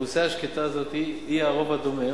האוכלוסייה השקטה הזאת היא הרוב הדומם,